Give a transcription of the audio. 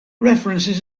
references